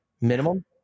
minimum